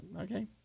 okay